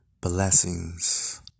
Blessings